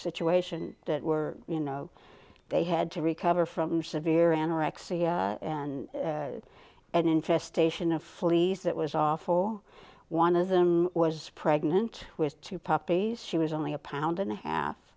situation that were you know they had to recover from severe anorexia and an infestation a fleece that was awful one of them was pregnant with two puppies she was only a pound and a half